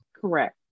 Correct